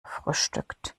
frühstückt